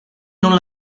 non